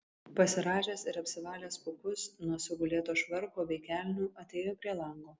pasirąžęs ir apsivalęs pūkus nuo sugulėto švarko bei kelnių atėjo prie lango